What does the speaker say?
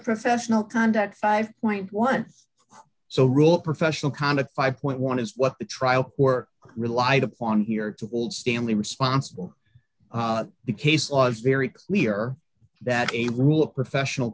professional conduct five point once so rule professional conduct five point one is what the trial work relied upon here to hold stanley responsible the case law is very clear that a rule of professional